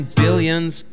billions